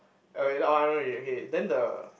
okay that one wait wait okay then the